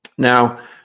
Now